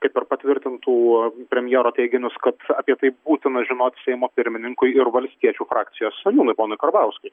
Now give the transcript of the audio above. kaip ir patvirtintų premjero teiginius kad apie tai būtina žinot seimo pirmininkui ir valstiečių frakcijos seniūnui ponui karbauskiui